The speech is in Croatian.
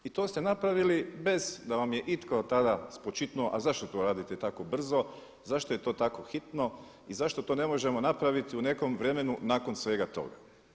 I to ste napravili bez da vam je itko tada spočitnuo a zašto to radite tako brzo, zašto je to tako hitno i zašto to ne možemo napraviti u nekom vremenu nakon svega toga.